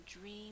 dream